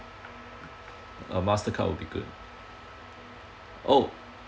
uh mastercard will be good !ow!